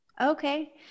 Okay